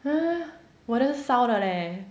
!huh! 我的是烧的 leh